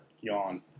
Yawn